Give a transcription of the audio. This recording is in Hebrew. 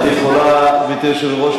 גברתי היושבת-ראש,